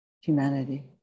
humanity